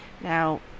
Now